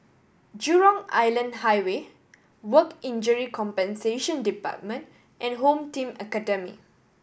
Jurong Island Highway Work Injury Compensation Department and Home Team Academy